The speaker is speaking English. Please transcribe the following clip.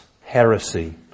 heresy